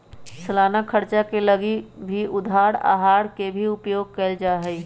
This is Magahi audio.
सालाना खर्चवा के लगी भी उधार आहर के ही उपयोग कइल जाहई